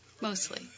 Mostly